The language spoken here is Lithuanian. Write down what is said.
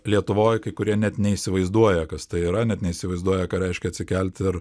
lietuvoj kai kurie net neįsivaizduoja kas tai yra net neįsivaizduoja ką reiškia atsikelt ir